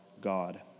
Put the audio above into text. God